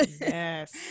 Yes